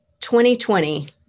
2020